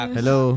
Hello